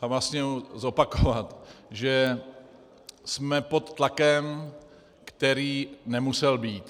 vlastně zopakovat, že jsme pod tlakem, který nemusel být.